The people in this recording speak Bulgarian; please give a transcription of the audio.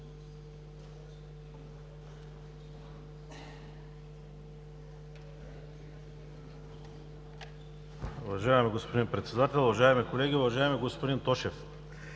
Уважаеми господин Председател, уважаеми колеги, уважаеми господин Тошев!